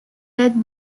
that